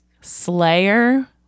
Slayer